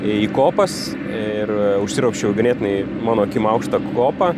į kopas ir užsiropščiau ganėtinai mano akim aukštą kopą